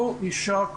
כל אישה,